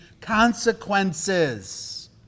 consequences